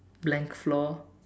blank floor